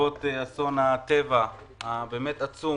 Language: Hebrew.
בעקבות אסון הטבע העצום